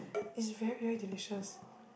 it's very very delicious